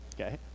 okay